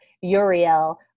Uriel